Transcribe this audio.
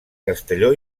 castelló